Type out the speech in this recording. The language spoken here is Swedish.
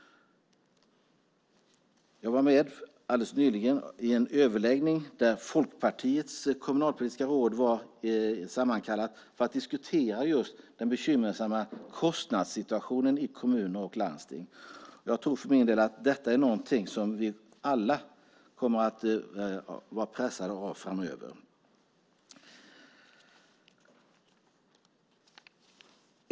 Jag var med, alldeles nyligen, i en överläggning där Folkpartiets kommunalpolitiska råd var sammankallat för att diskutera just den bekymmersamma kostnadssituationen i kommuner och landsting. Jag tror för min del att detta är någonting som vi alla kommer att vara pressade av framöver.